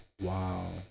Wow